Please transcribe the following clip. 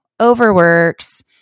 overworks